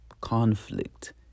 conflict